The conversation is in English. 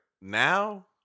Now